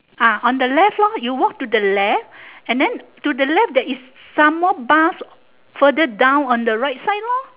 ah on the left lor you walk to the left and then to the left there is some more bus further down on the right side lor